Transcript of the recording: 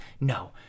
No